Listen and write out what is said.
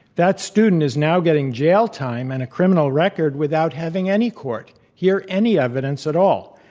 that student is now getting jail time and a criminal record without having any court hear any evidence at all.